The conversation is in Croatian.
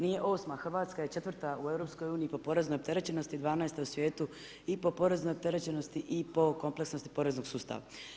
Nije 8., Hrvatska je 4. u EU-u po poreznoj opterećenosti, 12. u svijetu i po poreznoj opterećenosti i po kompleksnosti poreznog sustava.